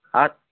আর